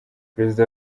perezida